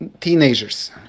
teenagers